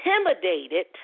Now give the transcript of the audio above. intimidated